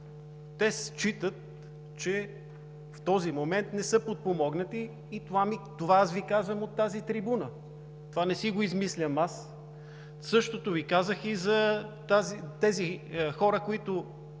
Те считат, че в този момент не са подпомогнати, и аз Ви казвам това от тази трибуна. Това не си го измислям аз. Същото Ви казах и за хората, които